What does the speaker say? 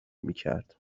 میکرد